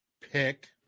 pick